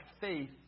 faith